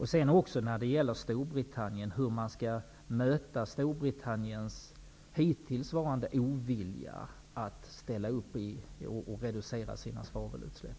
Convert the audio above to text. Hur skall man möta Storbritanniens hittillsvarande ovilja att ställa upp och reducera sina svavelutsläpp?